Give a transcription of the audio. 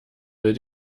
will